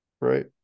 right